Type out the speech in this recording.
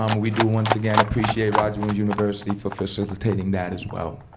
um we do, once again, appreciate roger williams university for facilitating that, as well.